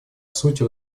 сути